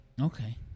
okay